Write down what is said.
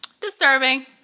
Disturbing